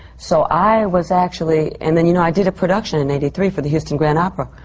so i was actually and then, you know, i did a production in eighty three for the houston grand opera.